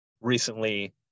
recently